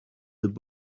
these